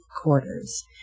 quarters